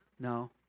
No